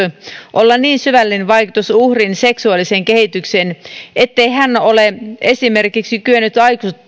olla niin syvällinen vaikutus uhrin seksuaaliseen kehitykseen ettei hän ole esimerkiksi kyennyt